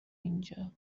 اینجا